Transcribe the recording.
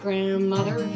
Grandmother